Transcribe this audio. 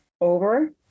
over